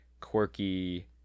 quirky